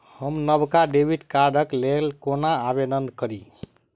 हम नवका डेबिट कार्डक लेल कोना आवेदन करी?